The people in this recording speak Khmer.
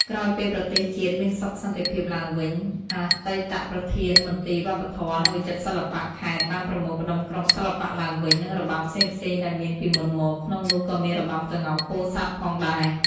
ក្រោយពេលប្រទេសជាតិមានសុខសន្តិភាពឡើងវិញ អតីតប្រធានមន្ទីរវប្បធម៌ និងវិចិត្រសិល្បៈខេត្ដ បានប្រមូលផ្ដុំក្រុមសិល្បៈឡើងវិញ និងរបាំផ្សេងៗដែលមានពីមុនមក ក្នុងនោះក៏មានរបាំក្ងោកពោធិ៍សាត់ផងដែរ ។